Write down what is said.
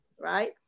right